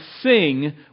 sing